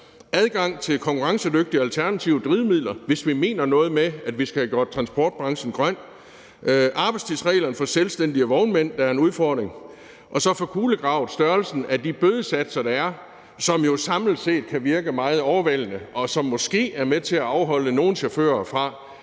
adgang til konkurrencedygtige, alternative drivmidler, hvis vi mener noget med, at vi skal have gjort transportbranchen grøn; arbejdstidsreglerne for selvstændige vognmænd er en udfordring; og så få kulegravet størrelsen af de bødesatser, der er, som jo samlet set kan virke meget overvældende, og som måske er med til at afholde nogle chauffører fra